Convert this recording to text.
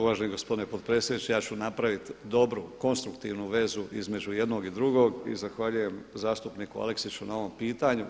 Uvaženi gospodine potpredsjedniče, ja ću napraviti dobru, konstruktivnu vezu između jednog i drugog i zahvaljujem zastupniku Aleksiću na ovom pitanju.